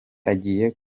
agiye